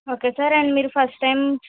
okay sir and మీరు first time